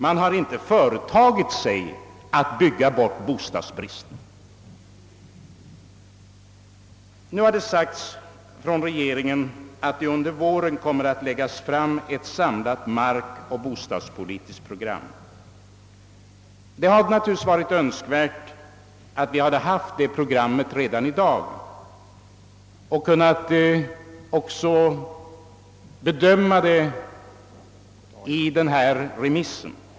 Man har inte företagit sig att bygga bort bostadsbristen.» Från regeringens sida har sagts att ett samlat markoch bostadspolitiskt program kommer att läggas fram under våren. Det hade naturligtvis varit önskvärt att vi hade haft det programmet redan i dag, så att vi hade kunnat bedöma det i denna remissdebatt.